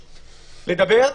לדבר.